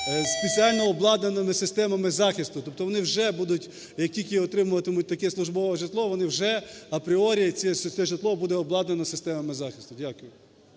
спеціально обладнаними системами захисту. Тобто вони вже будуть, як тільки отримуватимуть таке службове житло, вони вже апріорі це житло буде обладнано системами захисту. Дякую.